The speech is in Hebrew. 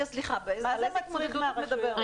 סליחה, על איזה התמודדות את מדברת?